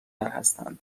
هستند